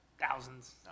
thousands